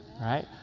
right